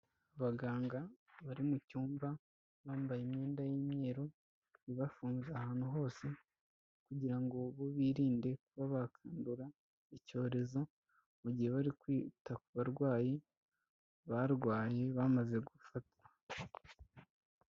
Abaganga bari mu cyumba bambaye imyenda y'umweruru ibafunze ahantu hose, kugira ngo birinde kuba bakandura icyorezo mu gihe bari kwita ku barwayi barwaye, bamaze gufatwa.